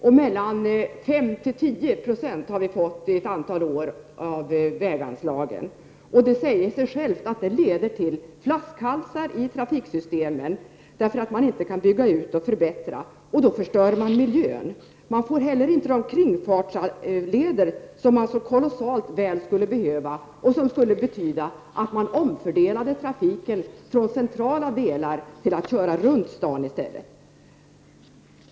Ett antal år har man fått endast 5—10 90 av väganslagen. Det säger sig självt att detta leder till flaskhalsar i trafiksystemet, därför att man inte kan bygga ut och förbättra. Då förstör man miljön. Man får inte heller de kringfartsleder man så kolossalt väl skulle behöva. Med sådana skulle man omfördela trafiken från centrala delar till att köra runt staden i stället.